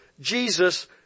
Jesus